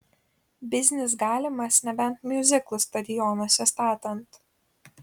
biznis galimas nebent miuziklus stadionuose statant